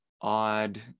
odd